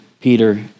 Peter